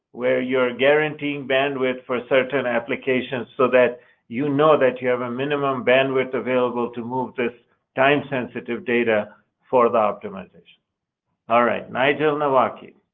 where you are guaranteeing bandwidth for certain applications, so that you know that you have a minimum bandwidth available to move this time sensitive data for the optimization. all right. nigel nawaki,